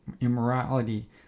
immorality